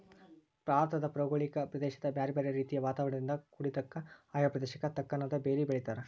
ಭಾರತದ ಭೌಗೋಳಿಕ ಪ್ರದೇಶ ಬ್ಯಾರ್ಬ್ಯಾರೇ ರೇತಿಯ ವಾತಾವರಣದಿಂದ ಕುಡಿದ್ದಕ, ಆಯಾ ಪ್ರದೇಶಕ್ಕ ತಕ್ಕನಾದ ಬೇಲಿ ಬೆಳೇತಾರ